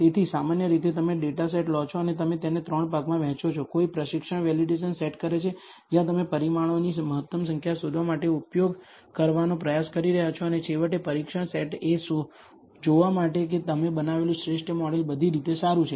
તેથી સામાન્ય રીતે તમે ડેટા સેટ લો છો અને તમે તેને ત્રણ ભાગમાં વહેંચો છો કોઈ પ્રશિક્ષણ વેલિડેશન સેટ કરે છે જ્યાં તમે પરિમાણોની મહત્તમ સંખ્યા શોધવા માટે ઉપયોગ કરવાનો પ્રયાસ કરી રહ્યાં છો અને છેવટે પરીક્ષણ સેટ એ જોવા માટે કે તમે બનાવેલું શ્રેષ્ઠ મોડેલ બધી રીતે સારું છે